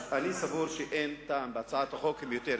אני סבור שאין טעם בהצעת החוק, והיא מיותרת.